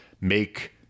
make